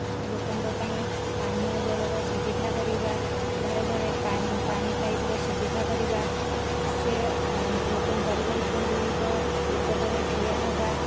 ଲୋକଙ୍କ ପାଇଁ ପାନୀୟ ଜଳର ସୁବିଧା କରିବା ଘରେ ଘରେ ପା ପାଣି ପାଇପ୍ ର ସୁବିଧା କରିବା ସେ ଲୋକ ଗରିବ ଲୋକମାନଙ୍କ ବିପଦରେ ଠିଆ ହେବା